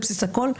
בבסיס הכל,